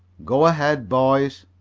go ahead, boys.